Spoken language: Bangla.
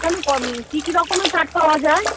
এখানে ক কী কী রকমের চাট পাওয়া যায়